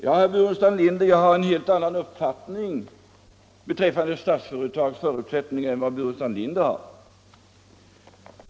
Ja, jag har en helt annan uppfattning beträffande Statsföretags förutsättningar än vad herr Burenstam Linder har.